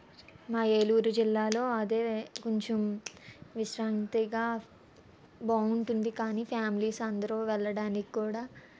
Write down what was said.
మా ఏలూరు జిల్లాలో అదే కొంచెం విశ్రాంతిగా బాగుంటుంది కానీ ఫ్యామిలీస్ అందరూ వెళ్ళడానికి కూడా